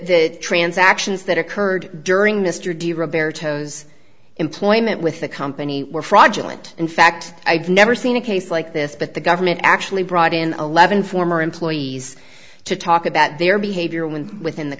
the transactions that occurred during mr de roberto's employment with the company were fraudulent in fact i've never seen a case like this but the government actually brought in eleven former employees to talk about their behavior with within the